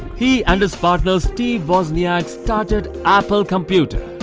he and his partner, steve wozniak started apple computer.